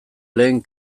lehen